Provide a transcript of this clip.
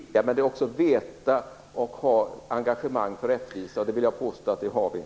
Herr talman! Politik är att vilja, men det är också att veta och ha engagemang för rättvisa. Jag vill påstå att vi har det.